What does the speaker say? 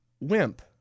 wimp